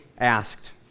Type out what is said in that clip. asked